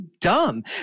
dumb